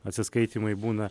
atsiskaitymai būna